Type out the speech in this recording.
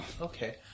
Okay